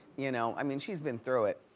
you know i mean she's been through it.